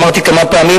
ואמרתי כמה פעמים,